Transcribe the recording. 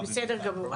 בסדר גמור.